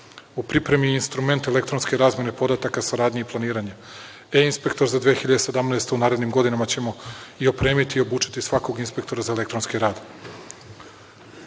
U pripremi je instrument elektronske razmene podataka saradnje i planiranja. Te inspektore za 2017 . godinu u narednim godinama ćemo i opremiti i obučiti svakog inspektora za elektronski